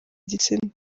gitsina